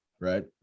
right